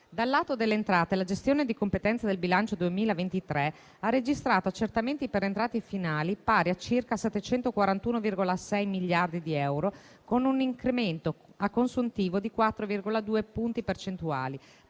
Dal lato delle entrate, la gestione di competenza del bilancio 2023 ha registrato accertamenti per entrate finali pari a circa 741,6 miliardi di euro, con un incremento a consuntivo di 4,2 punti percentuali,